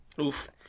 Oof